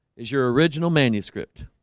is your original manuscript